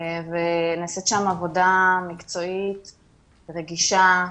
הצלה ונעשית שם עבודה מקצועית רגישה.